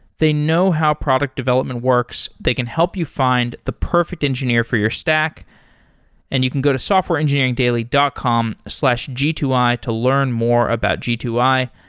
they know how product development works. they can help you find the perfect engineer for your stack and you can go to softwareengineeringdaily dot com slash g two i to learn more about g two i.